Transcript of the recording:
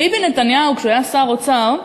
ביבי נתניהו, כשהיה שר האוצר,